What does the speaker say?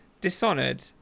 Dishonored